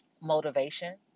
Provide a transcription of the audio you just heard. motivation